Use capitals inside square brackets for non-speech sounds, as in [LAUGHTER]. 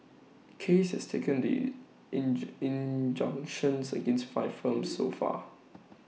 case has taken the in [UNINTELLIGIBLE] injunctions against five firms so far